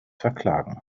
verklagen